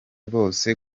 bose